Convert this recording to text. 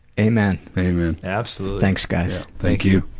amen. amen. absolutely. thanks guys. thank you.